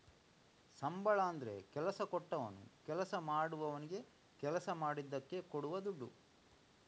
ಸಂಬಳ ಅಂದ್ರೆ ಕೆಲಸ ಕೊಟ್ಟವನು ಕೆಲಸ ಮಾಡುವವನಿಗೆ ಕೆಲಸ ಮಾಡಿದ್ದಕ್ಕೆ ಕೊಡುವ ದುಡ್ಡು